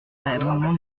l’amendement